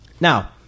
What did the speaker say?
Now